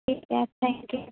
ٹھیک ہے thank you